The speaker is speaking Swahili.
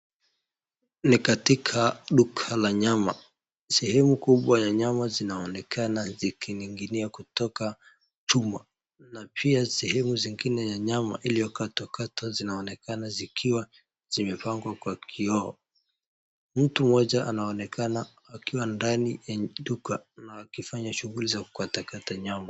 Ni katika duka la nyama. Sehemu kubwa nyama zinaonekana zikining'inia kutoka chuma na pia sehemu zingine ya nyama iliyokatwakatwa zinaonekana zikiwa zimepangwa kwa kioo. Mtu mmoja anaonekana akiwa ndani ya duka na akifanya shughuli za kukatakata nyama.